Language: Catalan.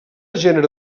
gènere